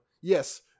yes